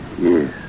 Yes